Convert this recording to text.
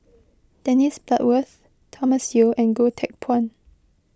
Dennis Bloodworth Thomas Yeo and Goh Teck Phuan